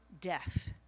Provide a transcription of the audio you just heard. death